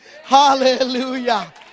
Hallelujah